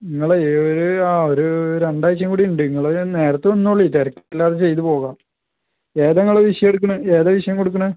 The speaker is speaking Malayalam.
നിങ്ങൾ ഏ ഒരു ആ ഒരു രണ്ടാഴ്ച്ചയും കൂടി ഉണ്ട് നിങ്ങൾ നേരത്തേ വന്നോളൂ തിരക്കില്ലാതെ ചെയ്ത് പോകാം ഏതാണ് നിങ്ങൾ വിഷയം എടുക്കുന്നത് ഏതാണ് വിഷയം കൊടുക്കുന്നത്